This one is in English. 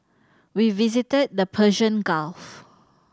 we visited the Persian Gulf